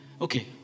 Okay